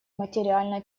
материально